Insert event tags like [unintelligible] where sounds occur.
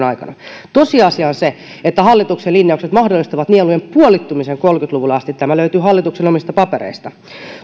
[unintelligible] aikana tosiasia on se että hallituksen linjaukset mahdollistavat nielujen puolittumisen kaksituhattakolmekymmentä luvulle asti tämä löytyy hallituksen omista papereista tosiasia